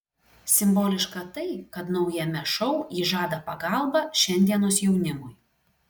simboliška tai kad naujame šou ji žada pagalbą šiandienos jaunimui